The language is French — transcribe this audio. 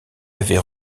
avait